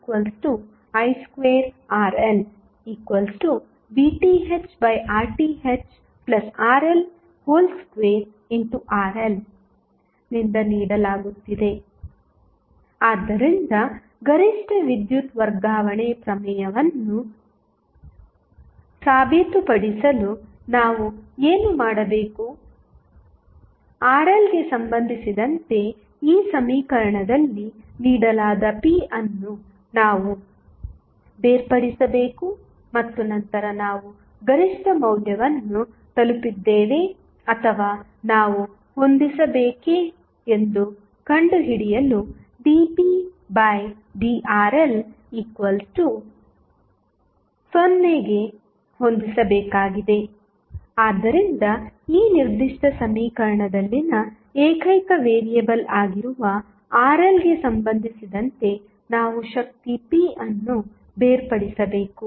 ಈಗ ಶಕ್ತಿಯನ್ನು p i2RLVThRThRL2RL ನಿಂದ ನೀಡಲಾಗುತ್ತದೆ ಆದ್ದರಿಂದ ಗರಿಷ್ಠ ವಿದ್ಯುತ್ ವರ್ಗಾವಣೆ ಪ್ರಮೇಯವನ್ನು ಸಾಬೀತುಪಡಿಸಲು ನಾವು ಏನು ಮಾಡಬೇಕುRLಗೆ ಸಂಬಂಧಿಸಿದಂತೆ ಈ ಸಮೀಕರಣದಲ್ಲಿ ನೀಡಲಾದ p ಅನ್ನು ನಾವು ಬೇರ್ಪಡಿಸಬೇಕು ಮತ್ತು ನಂತರ ನಾವು ಗರಿಷ್ಠ ಮೌಲ್ಯವನ್ನು ತಲುಪಿದ್ದೇವೆ ಅಥವಾ ನಾವು ಹೊಂದಿಸಬೇಕೇ ಎಂದು ಕಂಡುಹಿಡಿಯಲು dpdRL0ಗೆ ಹೊಂದಿಸಬೇಕಾಗಿದೆ ಆದ್ದರಿಂದ ಈ ನಿರ್ದಿಷ್ಟ ಸಮೀಕರಣದಲ್ಲಿನ ಏಕೈಕ ವೇರಿಯೇಬಲ್ ಆಗಿರುವ RLಗೆ ಸಂಬಂಧಿಸಿದಂತೆ ನಾವು ಶಕ್ತಿ p ಅನ್ನು ಬೇರ್ಪಡಿಸಬೇಕು